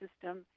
system